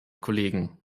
kollegen